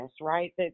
right